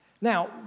Now